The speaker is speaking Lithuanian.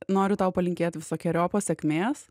noriu tau palinkėt visokeriopos sėkmės